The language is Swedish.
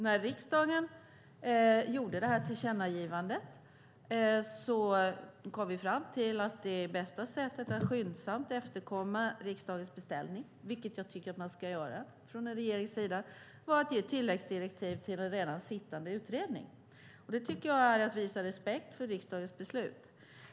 När riksdagen gjorde tillkännagivandet kom vi fram till att det bästa sättet att skyndsamt efterkomma riksdagens beställning, vilket jag tycker att man ska göra från en regerings sida, var att ge tilläggsdirektiv till den redan sittande utredningen. Det tycker jag är att visa respekt för riksdagens beslut.